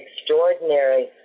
extraordinary